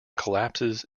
collapses